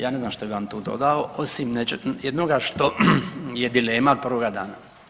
Ja ne znam što bi vam tu dodao osim jednoga što je dilema od prvoga dana.